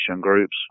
groups